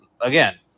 again